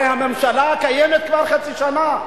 הרי הממשלה קיימת כבר חצי שנה.